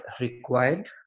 required